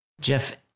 Jeff